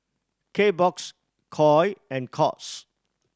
Kbox Koi and Courts